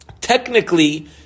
technically